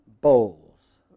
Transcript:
bowls